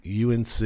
UNC